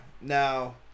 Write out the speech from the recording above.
Now